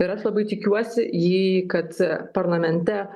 yra aš labai tikiuosi jį kad parlamente